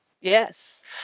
Yes